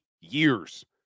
years